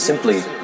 simply